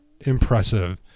impressive